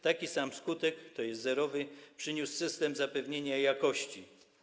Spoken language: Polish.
Taki sam skutek, tj. zerowy, przyniósł system zapewnienia jakości.